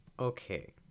okay